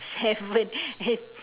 seven